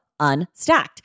Unstacked